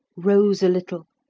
rose a little,